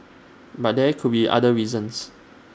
but there could be other reasons